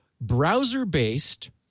browser-based